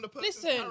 Listen